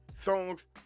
Songs